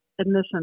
admission